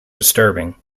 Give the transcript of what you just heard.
disturbing